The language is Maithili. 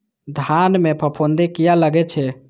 धान में फूफुंदी किया लगे छे?